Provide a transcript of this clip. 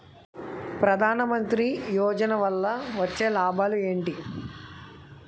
ప్రధాన మంత్రి యోజన వల్ల వచ్చే లాభాలు ఎంటి?